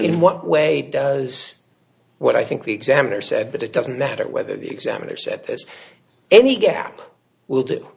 in what way does what i think the examiner said but it doesn't matter whether the examiner set this any gap will